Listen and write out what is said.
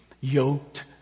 yoked